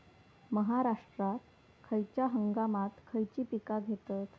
महाराष्ट्रात खयच्या हंगामांत खयची पीका घेतत?